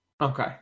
Okay